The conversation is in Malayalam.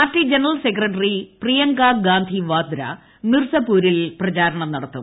party general secretary Priyanka Gandhi Vadra മിർസാപൂരിൽ പ്രചാരണം നടത്തും